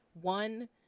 one